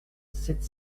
sept